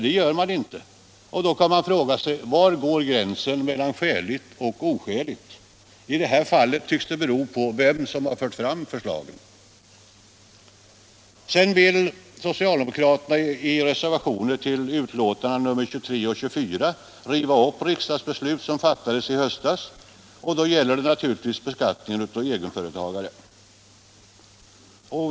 Det gör de emellertid inte. Man kan därför fråga sig: Var går gränsen mellan skäligt och oskäligt? I detta fall tycks det bero på vem som har fört fram förslaget. Socialdemokraterna vill i reservationer vid skatteutskottets betänkanden nr 23 och 24 riva upp riksdagsbeslut som fattades i höstas. Det gäller naturligtvis beskattningen av egenföretagare.